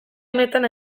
honetan